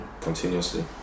continuously